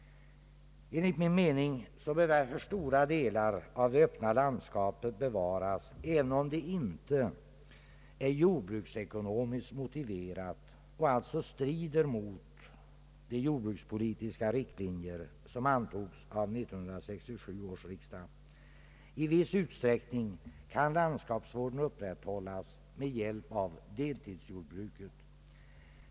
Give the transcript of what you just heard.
Enligt min mening bör stora delar av det öppna landskapet bevaras, även om det inte är jordbruksekonomiskt motiverat utan alltså strider mot de jordbrukspolitiska riktlinjer som antogs av 1967 års riksdag. I viss utsträck ning kan landskapsvården upprätthållas med hjälp av deltidsjordbruk.